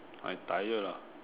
I tired lah